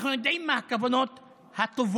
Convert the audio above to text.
אנחנו יודעים מה הכוונות ה"טובות"